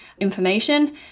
information